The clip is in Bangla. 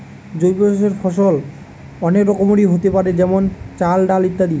জৈব চাষের ফসল অনেক রকমেরই হোতে পারে যেমন চাল, ডাল ইত্যাদি